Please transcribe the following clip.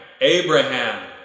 Abraham